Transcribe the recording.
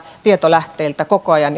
tietolähteitä koko ajan